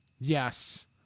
yes